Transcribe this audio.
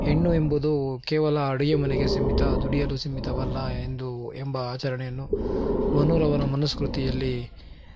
ಹೆಣ್ಣು ಎಂಬುದೂ ಕೇವಲ ಅಡುಗೆ ಮನೆಗೆ ಸೀಮಿತ ದುಡಿಯಲು ಸೀಮಿತವಲ್ಲ ಎಂದು ಎಂಬ ಆಚರಣೆಯನ್ನು ಮನುರವರ ಮನುಸ್ಮೃತಿಯಲ್ಲಿ